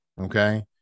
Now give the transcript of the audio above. Okay